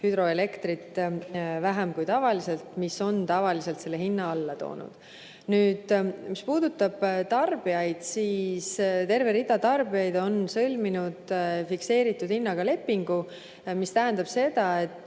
hüdroelektrit vähem kui tavaliselt. [See elekter] on tavaliselt hinna alla toonud. Mis puudutab tarbijaid, siis terve rida tarbijaid on sõlminud fikseeritud hinnaga lepingu, mis tähendab seda, et